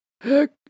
Heck